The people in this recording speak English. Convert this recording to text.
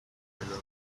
miller